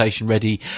ready